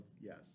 yes